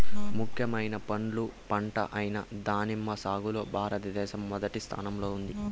ముఖ్యమైన పండ్ల పంట అయిన దానిమ్మ సాగులో భారతదేశం మొదటి స్థానంలో ఉంది